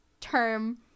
term